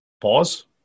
Pause